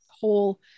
whole